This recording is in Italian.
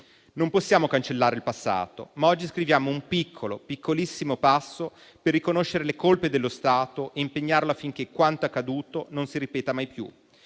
Non possiamo cancellare il passato, ma oggi scriviamo un piccolo, piccolissimo passo per riconoscere le colpe dello Stato e impegnarlo affinché quanto accaduto non si ripeta mai più.